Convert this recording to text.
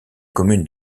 communes